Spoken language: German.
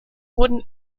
wurden